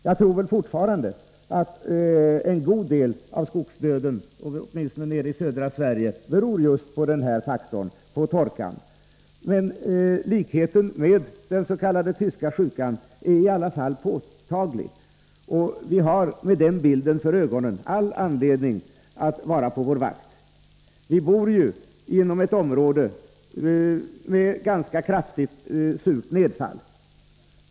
Jag tror fortfarande att en stor del av skogsdöden, åtminstone i södra Sverige, beror just på denna faktor, dvs. torkan, men likheten med den s.k. tyska sjukan är i alla fall påtaglig. Med den bilden för ögonen har vi all anledning att vara på vår vakt. Vi bor juinom ett område med ganska kraftigt surt nedfall.